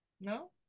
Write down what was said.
No